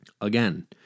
Again